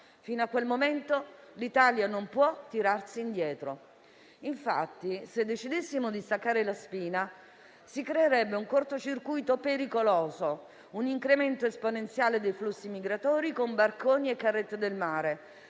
Fino a quel momento, l'Italia non può tirarsi indietro. Infatti, se decidessimo di staccare la spina, si creerebbe un corto circuito pericoloso, un incremento esponenziale dei flussi migratori con barconi e carrette del mare